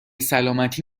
سلامتی